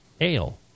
Ale